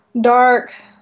dark